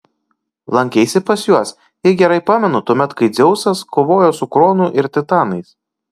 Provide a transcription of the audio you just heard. lankeisi pas juos jei gerai pamenu tuomet kai dzeusas kovojo su kronu ir titanais